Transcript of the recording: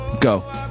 Go